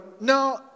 no